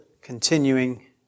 continuing